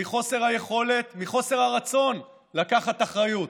מחוסר היכולת, מחוסר הרצון לקחת אחריות.